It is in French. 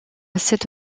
cette